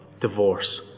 divorce